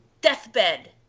Deathbed